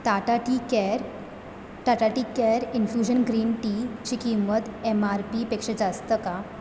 Tata tea care Tata tea care infusion green टीची किंमत M R पीपेक्षा जास्त का